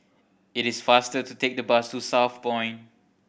it is faster to take the bus to Southpoint